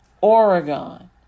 Oregon